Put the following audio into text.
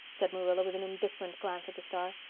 said marilla, with an indifferent glance at the star.